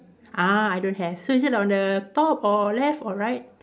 ah I don't have so is it on the top or left or right